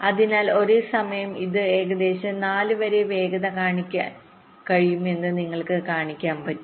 അതിനാൽ ഒരേ സമയം എനിക്ക് ഏകദേശം 4 വരെ വേഗത കൈവരിക്കാൻ കഴിയുമെന്ന് നിങ്ങൾക്ക് കാണാൻ കഴിയും